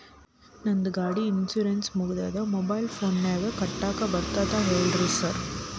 ನಂದ್ ಗಾಡಿದು ಇನ್ಶೂರೆನ್ಸ್ ಮುಗಿದದ ಮೊಬೈಲ್ ಫೋನಿನಾಗ್ ಕಟ್ಟಾಕ್ ಬರ್ತದ ಹೇಳ್ರಿ ಸಾರ್?